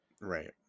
Right